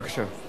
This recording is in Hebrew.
בבקשה.